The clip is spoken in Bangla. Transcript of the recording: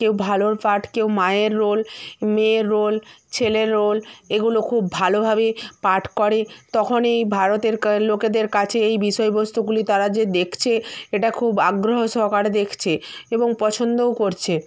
কেউ ভালোর পার্ট কেউ মায়ের রোল মেয়ের রোল ছেলের রোল এগুলো খুব ভালোভাবে পাঠ করে তখন এই ভারতের লোকেদের কাছে এই বিষয়বস্তুগুলি তারা যে দেখছে এটা খুব আগ্রহ সহকারে দেখছে এবং পছন্দও করছে